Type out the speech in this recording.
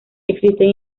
existen